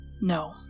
No